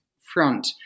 front